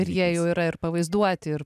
ir jie jau yra ir pavaizduoti ir